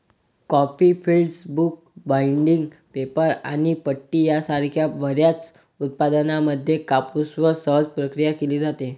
coffee filters, book binding, paper आणि पट्टी यासारख्या बर्याच उत्पादनांमध्ये कापूसवर सहज प्रक्रिया केली जाते